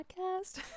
podcast